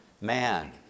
man